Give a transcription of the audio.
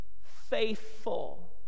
faithful